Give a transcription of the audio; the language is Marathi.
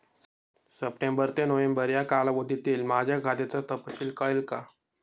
सप्टेंबर ते नोव्हेंबर या कालावधीतील माझ्या खात्याचा तपशील कळेल का?